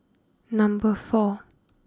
number four